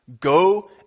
Go